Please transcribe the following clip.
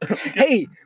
hey